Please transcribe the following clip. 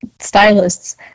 stylists